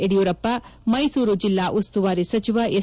ಯಡಿಯೂರಪ್ಪ ಮೈಸೂರು ಜಿಲ್ಲಾ ಉಸ್ತುವಾರಿ ಸಚಿವ ಎಸ್